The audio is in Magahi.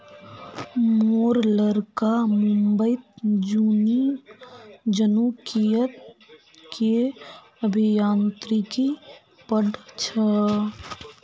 मोर लड़का मुंबईत जनुकीय अभियांत्रिकी पढ़ छ